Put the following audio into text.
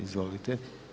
Izvolite.